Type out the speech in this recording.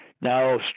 Now